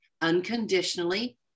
unconditionally